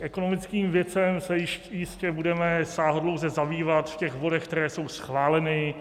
Ekonomickými věcmi se jistě budeme sáhodlouze zabývat v těch bodech, které jsou schváleny.